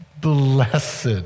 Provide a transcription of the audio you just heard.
Blessed